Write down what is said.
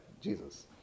Jesus